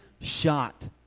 shot